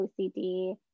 OCD